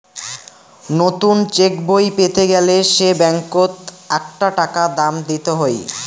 নতুন চেকবই পেতে গেলে সে ব্যাঙ্কত আকটা টাকা দাম দিত হই